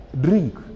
drink